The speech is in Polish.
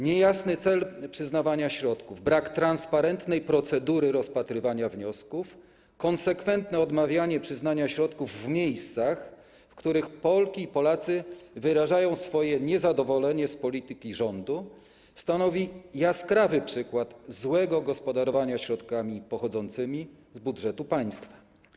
Niejasny cel przyznawania środków, brak transparentnej procedury rozpatrywania wniosków, konsekwentne odmawianie przyznania środków w miejscach, w których Polki i Polacy wyrażają swoje niezadowolenie z polityki rządu, stanowi jaskrawy przykład złego gospodarowania środkami pochodzącymi z budżetu państwa.